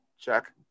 check